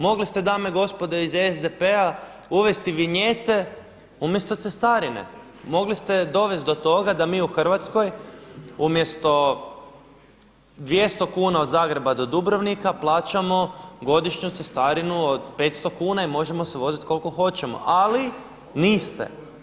Mogli ste dame i gospodo iz SDP-a uvesti vinjete umjesto cestarine, mogli ste dovesti do toga da mi u Hrvatskoj umjesto 200 kuna od Zagreba do Dubrovnika plaćamo godišnju cestarinu od 500 kuna i možemo se voziti koliko hoćemo ali niste.